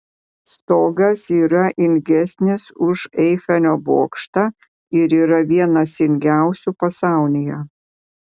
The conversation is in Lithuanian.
stogas yra ilgesnis už eifelio bokštą ir yra vienas ilgiausių pasaulyje